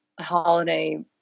holiday